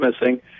missing